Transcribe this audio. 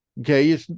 Okay